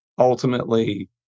Ultimately